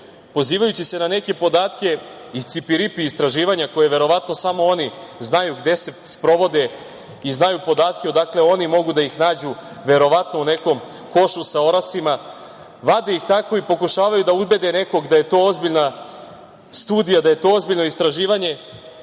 pozivajući se na neke podatke iz cipiripi istraživanja, koja verovatno samo oni znaju gde se sprovode i znaju podatke odakle oni mogu da ih nađu, verovatno u nekom košu sa orasima, vade ih tako i pokušavaju da ubede nekog da je to ozbiljna studija, da je to ozbiljno istraživanje.